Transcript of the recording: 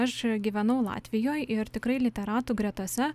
aš gyvenau latvijoj ir tikrai literatų gretose